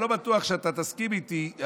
אני לא בטוח שאתה תסכים איתי,